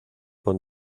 con